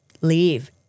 Leave